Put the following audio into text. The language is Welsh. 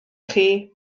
chi